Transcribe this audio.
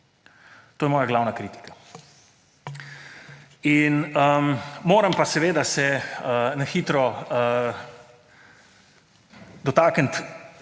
To je moja glavna kritika. Moram pa seveda se na hitro dotakniti